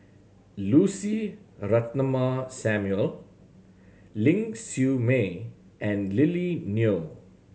Lucy Ratnammah Samuel Ling Siew May and Lily Neo